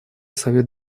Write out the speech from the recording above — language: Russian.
совет